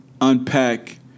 Unpack